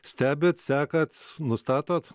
stebit sekat nustatot